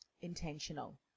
intentional